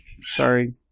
Sorry